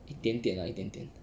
一点点 lah 一点点